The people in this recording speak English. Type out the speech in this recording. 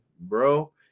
bro